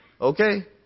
okay